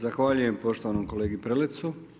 Zahvaljujem poštovanom kolegi Prelecu.